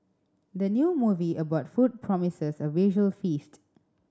the new movie about food promises a visual feast